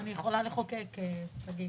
אני יכולה לחוקק, שגית.